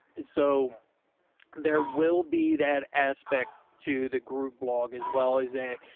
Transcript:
and so there will be that aspect to the grooveblog, as well as that.